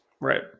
Right